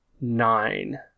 nine